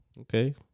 Okay